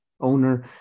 owner